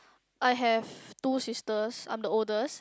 I have two sisters I'm the oldest